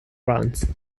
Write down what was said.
rounds